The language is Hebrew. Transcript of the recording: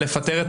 לפטר את